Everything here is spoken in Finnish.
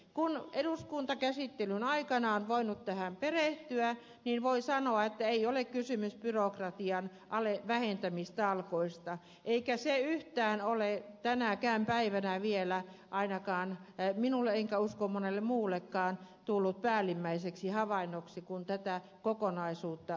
kun eduskuntakäsittelyn aikana on voinut tähän perehtyä niin voi sanoa että ei ole kysymys byrokratian vähentämistalkoista eikä se ole vielä tänäkään päivänä ainakaan minulle enkä usko että monelle muullekaan tullut päällimmäiseksi havainnoksi kun tätä kokonaisuutta katsotaan